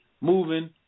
moving